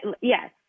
Yes